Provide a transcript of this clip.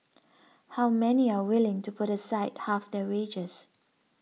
how many are willing to put aside half their wages